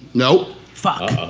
nope. fuck!